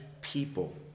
people